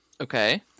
Okay